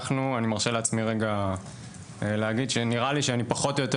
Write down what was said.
אני מרשה לעצמי להגיד שאני פחות או יותר